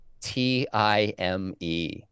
T-I-M-E